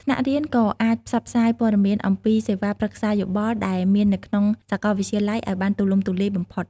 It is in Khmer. ថ្នាក់រៀនក៏អាចផ្សព្វផ្សាយព័ត៌មានអំពីសេវាប្រឹក្សាយោបល់ដែលមាននៅក្នុងសាកលវិទ្យាល័យឱ្យបានទូលំទូលាយបំផុត។